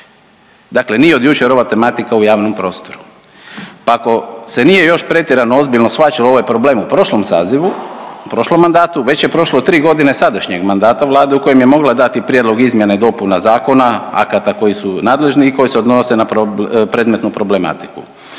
Dakle, nije od jučer ova tematika u javnom prostoru. Pa ako se nije još pretjerano ozbiljno shvaćalo ovaj problem u prošlom sazivu, prošlom mandatu već je prošlo tri godine sadašnjeg mandata Vlade u kojem je mogla dati prijedlog izmjena i dopuna zakona, akata koji su nadležni i koji se odnose na predmetnu problematiku.